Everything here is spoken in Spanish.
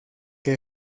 que